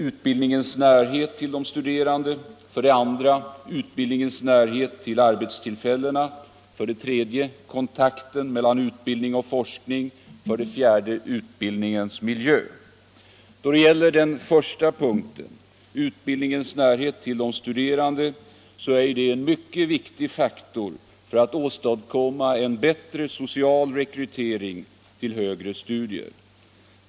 Utbildningens närhet till arbetstillfällena. 3. Kontakten mellan utbildning och forskning. Då det gäller den första punkten — utbildningens närhet till de studerande — så är ju detta en mycket viktig faktor för att åstadkomma en bättre social rekrytering till högre studier.